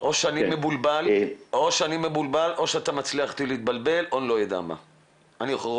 או שאני מבולבל או שאתה מצליח לבלבל אותי או שאני לא יודע מה.